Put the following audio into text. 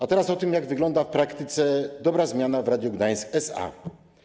A teraz o tym, jak wygląda w praktyce dobra zmiana w Radiu Gdańsk SA.